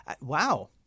Wow